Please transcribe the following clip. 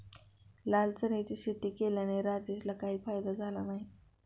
लाल चण्याची शेती केल्याने राजेशला काही फायदा झाला नाही